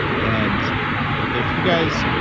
and if you guys,